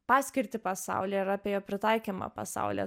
paskirtį pasaulyje ir apie jo pritaikymą pasaulyje